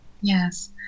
Yes